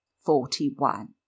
Forty-one